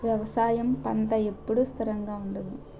వ్యవసాయం పంట ఎప్పుడు స్థిరంగా ఉండదు